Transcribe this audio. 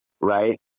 right